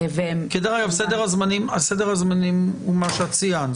סדר הזמנים הוא מה שאת ציינת,